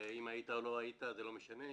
ואם היית או לא היית זה לא משנה,